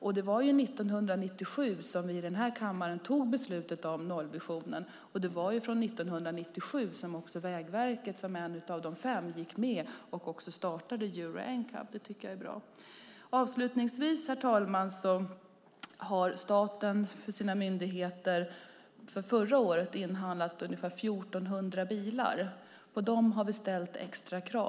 År 1997 fattade vi i denna kammare beslut om nollvisionen, och det var år 1997 som Vägverket som en av de fem gick med och startade Euro NCAP. Det tycker jag är bra. Herr talman! Avslutningsvis: Staten har för sina myndigheter avseende förra året inhandlat ungefär 1 400 bilar. På dessa har vi ställt extra krav.